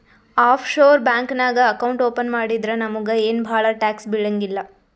of shore bank ನಾಗ್ account open ಮಾಡಿದ್ರ ನಮುಗ ಏನ್ ಭಾಳ ಟ್ಯಾಕ್ಸ್ ಬೀಳಂಗಿಲ್ಲ